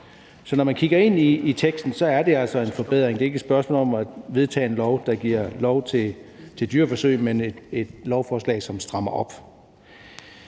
Så når man kigger ind i teksten, er det altså en forbedring; det er ikke et spørgsmål om at vedtage en lov, der giver lov til dyreforsøg, men et lovforslag, som strammer op.